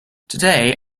today